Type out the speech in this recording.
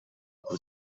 who